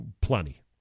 plenty